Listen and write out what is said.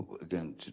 Again